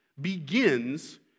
begins